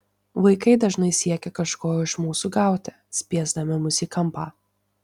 vaikai dažnai siekia kažko iš mūsų gauti spiesdami mus į kampą